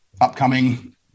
upcoming